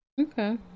Okay